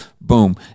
Boom